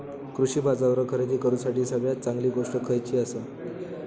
कृषी बाजारावर खरेदी करूसाठी सगळ्यात चांगली गोष्ट खैयली आसा?